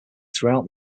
throughout